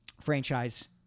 franchise